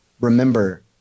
Remember